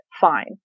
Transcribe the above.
Fine